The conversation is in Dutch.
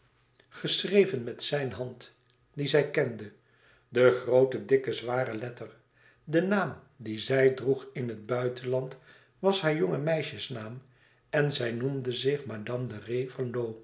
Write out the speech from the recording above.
geschreven met zijn hand die zij kende de groote dikke zware letter de naam dien zij droeg in het buitenland was haar jonge meisjes naam en zij noemde zich